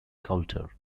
coulter